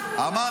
ששאלתי.